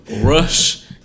Rush